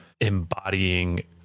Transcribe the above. embodying